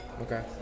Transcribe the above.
Okay